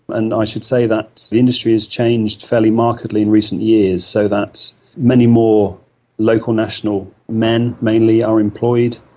and i should say that the industry has changed fairly markedly in recent years, so that many more local national men mainly are employed.